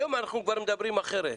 היום אנחנו כבר מדברים אחרת.